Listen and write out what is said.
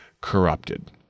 corrupted